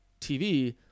tv